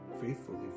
faithfully